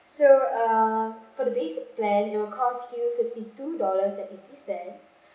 so uh for the basic plan it will cost you fifty-two dollars and eighty cents